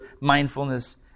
mindfulness